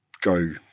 go